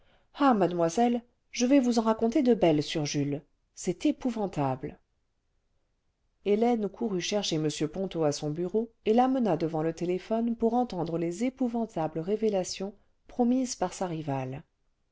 ah mademoiselle je vais vous en raconter de belles sur jules c'est épouvantable le vingtième siècle hélène courut chercher m ponto à son bureau et l'amena devant le téléphone pour entendre les épouvantables révélations promises par sa rivale